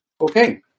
Okay